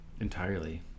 entirely